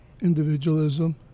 individualism